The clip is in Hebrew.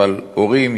הורים,